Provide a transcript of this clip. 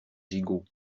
gigot